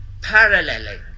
paralleling